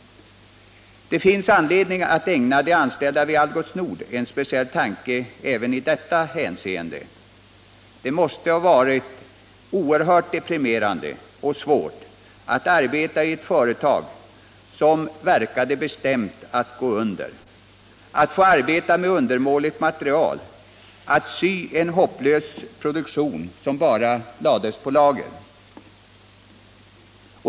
Det finns anledning att ägna de anställda vid Algots Nord en speciell tanke även i detta hänseende. Det måste ha varit oerhört deprimerande och svårt att arbeta i ett företag som verkade bestämt att gå under, att få arbeta med undermåligt material och sy en hopplös produktion som bara lades på lager.